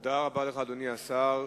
תודה רבה לך, אדוני השר.